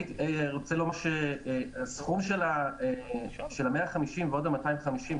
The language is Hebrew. אני רוצה לומר שהסכום של 150 מיליון ועוד 250 מיליון,